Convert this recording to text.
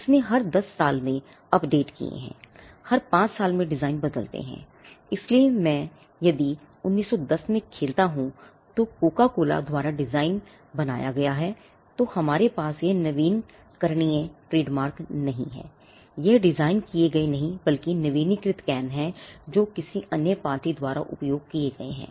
इसने हर 10 साल में अपडेट हैं जो किसी अन्य पार्टी द्वारा उपयोग किए जाते हैं